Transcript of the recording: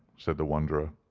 said the wanderer.